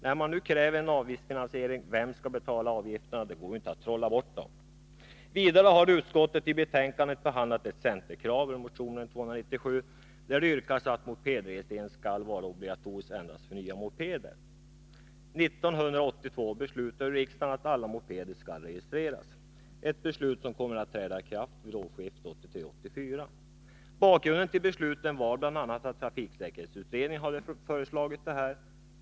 När man nu kräver en avgiftsfinansiering, vem skall betala avgifterna? Det går ju inte att trolla bort dem. Vidare har utskottet i det här betänkandet behandlat ett centerkrav ur motionen 297, där det yrkas att mopedregistrering skall vara obligatorisk endast för nya mopeder. 1982 beslutade riksdagen att alla mopeder skall registreras, ett beslut som kommer att träda i kraft vid årsskiftet 1983 1984. Bakgrunden till beslutet var bl.a. att trafiksäkerhetsutredningen hade föreslagit detta.